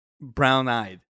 brown-eyed